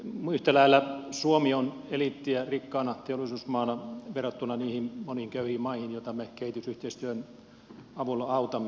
yhtä lailla suomi on eliittiä rikkaana teollisuusmaana verrattuna niihin moniin köyhiin maihin joita me kehitysyhteistyön avulla autamme